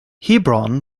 hebron